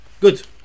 good